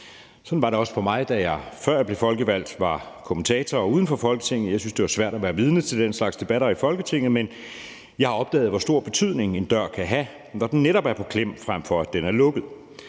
Sådan var det også for mig, da jeg, før jeg blev folkevalgt, var kommentator og var uden for Folketinget. Jeg syntes, det var svært at være vidne til den slags debatter i Folketinget, men jeg har opdaget, hvor stor betydning en dør kan have, når den netop er på klem, frem for at den er lukket.